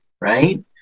right